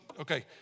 okay